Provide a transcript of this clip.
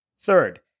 Third